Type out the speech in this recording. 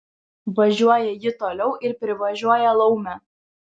važiuoja ji toliau ir privažiuoja laumę